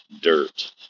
dirt